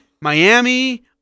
Miami